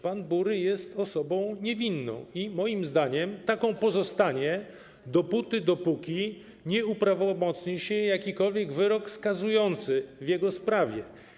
Pan Bury jest osobą niewinną i moim zdaniem taką pozostanie dopóty, dopóki nie uprawomocni się jakikolwiek wyrok skazujący w jego sprawie.